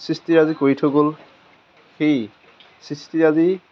সৃষ্টিৰাজি কৰি থৈ গ'ল সেই সৃষ্টিৰাজি